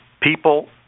People